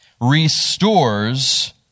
restores